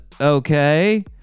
okay